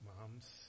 moms